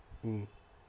mm